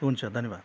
हुन्छ धन्यवाद